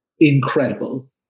Incredible